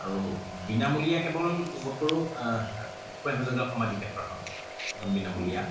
আৰু বিনামূলীয়া কেৱল বোধকৰোঁ ভূপেন হাজৰীকাৰ সমাধি ক্ষেত্ৰখন সেইখন বিনামুলীয়া